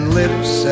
lips